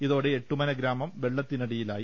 ഇതോടെ എട്ടുമന ഗ്രാമം വെള്ളത്തിനടിയിലായി